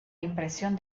impresión